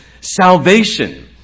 salvation